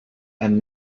and